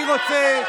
אז אני רוצה,